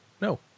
No